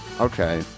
Okay